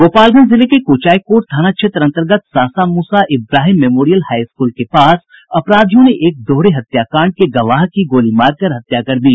गोपालगंज जिले के कुचायकोट थाना क्षेत्र अन्तर्गत Sasamusa Ibrahim memorial high school के पास अपराधियों ने एक दोहरे हत्याकांड के गवाह की गोली मारकर हत्या कर दी